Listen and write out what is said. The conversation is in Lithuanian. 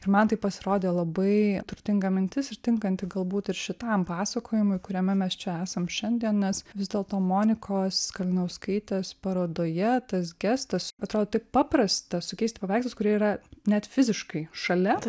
ir man tai pasirodė labai turtinga mintis ir tinkanti galbūt ir šitam pasakojimui kuriame mes čia esam šiandien nes vis dėlto monikos kalinauskaitės parodoje tas gestas atrodo taip paprasta sukeisti paveikslus kurie yra net fiziškai šalia